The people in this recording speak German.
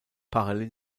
parallel